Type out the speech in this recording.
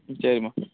சரிம்மா